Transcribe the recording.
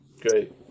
Great